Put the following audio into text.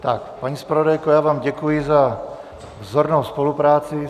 Tak paní zpravodajko, já vám děkuji za vzornou spolupráci.